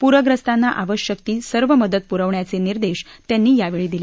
पुख्रस्तांना आवश्यक ती सर्व मदत पुखण्याचे निर्देश त्यांनी यावेळी दिले